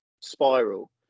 spiral